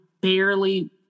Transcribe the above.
barely